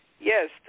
Yes